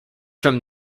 from